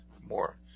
more